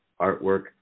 artwork